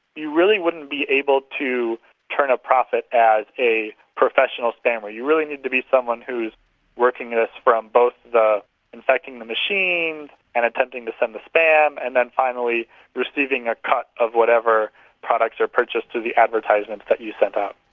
you really wouldn't be able to turn a profit as a professional spammer, you really need to be someone who is working this from both infecting their machines and attempting to send the spam and then finally receiving a cut of whatever products are purchased to the advertisements that you sent out.